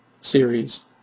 series